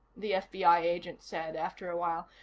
the fbi agent said after a while.